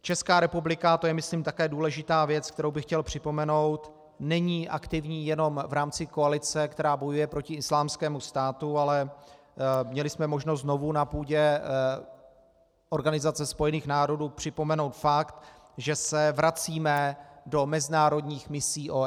Česká republika to je, myslím, také důležitá věc, kterou bych chtěl připomenout není aktivní jenom v rámci koalice, která bojuje proti Islámskému státu, ale měli jsme možnost znovu na půdě Organizace spojených národů připomenout fakt, že se vracíme do mezinárodních misí OSN.